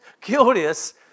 curious